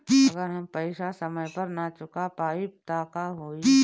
अगर हम पेईसा समय पर ना चुका पाईब त का होई?